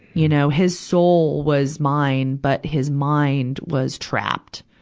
you know, his soul was mine, but his mind was trapped.